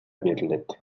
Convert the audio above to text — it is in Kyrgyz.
берилет